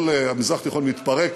כל המזרח התיכון מתפרק,